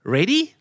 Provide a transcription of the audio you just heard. Ready